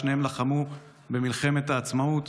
לחמו במלחמת העצמאות.